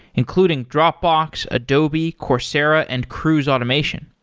including dropbox, adobe, coursera and cruise automation.